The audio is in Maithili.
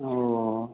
ओ